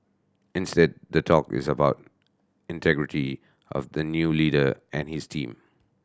instead the talk is about integrity of the new leader and his team